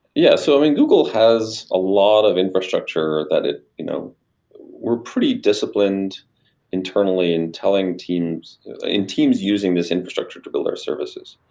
yeah. so i mean, google has a lot of infrastructure that you know we're pretty disciplined internally in telling teams in teams using this infrastructure to build our services.